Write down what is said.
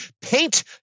paint